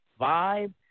vibe